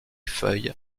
feuilles